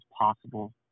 possible